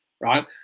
right